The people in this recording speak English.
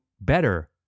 better